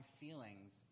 feelings